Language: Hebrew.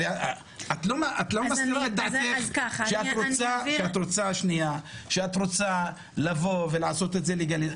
הרי את לא מסתירה את דעתך שאת רוצה לעשות את זה לגלי.